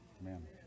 Amen